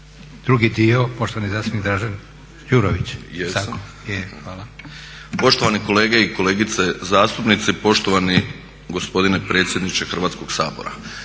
drugi dio poštovani zastupnik Dražen Đurović. **Drmić, Ivan (HDSSB)** Poštovane kolegice i kolege zastupnici, poštovani gospodine predsjedniče Hrvatskog sabora.